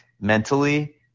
mentally